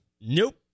Nope